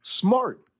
Smart